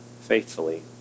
faithfully